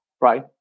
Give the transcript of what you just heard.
right